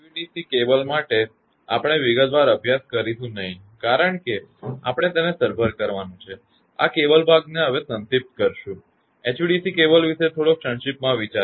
HVDC cable માટે આપણે વિગતવાર અભ્યાસ કરીશું નહીં કારણ કે આપણે તેને સરભર કરવાનું છે આ કેબલ ભાગને સંક્ષિપ્ત કરીશું HVDC કેબલ વિશે થોડો સંક્ષિપ્તમાં વિચાર